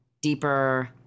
deeper